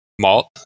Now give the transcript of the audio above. malt